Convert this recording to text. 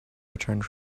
returned